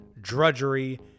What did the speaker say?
drudgery